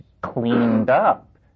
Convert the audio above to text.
cleaned-up